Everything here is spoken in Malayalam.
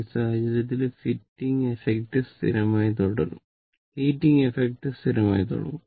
ഈ സാഹചര്യത്തിൽ ഹീറ്റിംഗ് എഫ്ഫക്റ്റ് സ്ഥിരമായി തുടരും